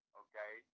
okay